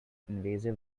invasive